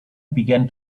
began